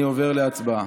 אני עובר להצבעה.